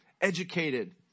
educated